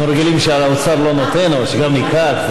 אנחנו רגילים שהאוצר לא נותן, אבל שגם ייקח?